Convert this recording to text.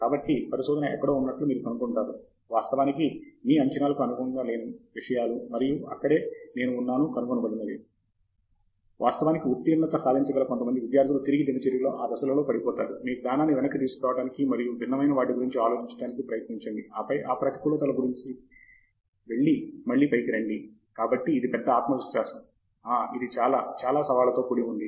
కాబట్టి పరిశోధన ఎక్కడో ఉన్నట్లు మీరు కనుగొంటారు వాస్తవానికి మీ అంచనాలకు అనుగుణంగా లేని విషయాలు మరియు అక్కడే నేను ఉన్నాను కనుగొనబడినది వాస్తవానికి ఉత్తీర్ణత సాధించగల కొంతమంది విద్యార్థులు తిరిగి దినచర్యలో ఆ దశలలో పడిపోతారు మీ జ్ఞానాన్ని వెనక్కి తీసుకురావడానికి మరియు భిన్నమైన వాటి గురించి ఆలోచించడానికి ప్రయత్నించండి ఆపై ఆ ప్రతికూలతల గుండా వెళ్లి మళ్ళీ పైకి రండి కాబట్టి అది పెద్ద ఆత్మ విశ్వాసం ఆ ఇది చాలా చాలా సవాళ్ళతో కూడి ఉంటుంది